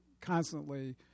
constantly